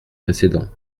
précédent